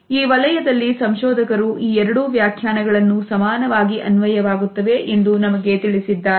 ಈ ವಲಯದಲ್ಲಿ ಸಂಶೋಧಕರು ಈ ಎರಡೂ ವ್ಯಾಖ್ಯಾನಗಳನ್ನು ಸಮಾನವಾಗಿ ಅನ್ವಯವಾಗುತ್ತವೆ ಎಂದು ನಮಗೆ ತಿಳಿಸುತ್ತಾರೆ